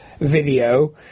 video